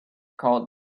called